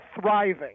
thriving